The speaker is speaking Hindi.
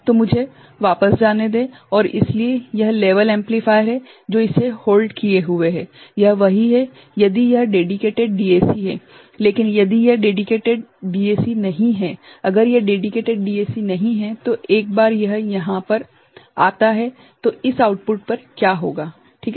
तो मुझे वापस जाने दें और इसलिए यह लेवल एम्पलीफायर है जो इसे होल्ड किए हुए है यह वहीं है यदि यह डेडिकेटेड डीएसी है लेकिन यदि यह डेडिकेटेड डीएसी नहीं है अगर यह डेडिकेटेड डीएसी नहीं है तो एक बार यह यहा पर आता है तो इस आउटपुट का क्या होगा ठीक है